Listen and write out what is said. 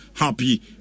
Happy